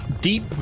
deep